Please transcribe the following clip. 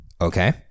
Okay